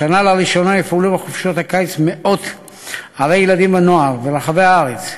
השנה לראשונה יופעלו בחופשות הקיץ מאות "ערי ילדים ונוער" ברחבי הארץ.